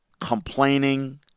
complaining